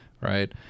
right